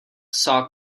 saw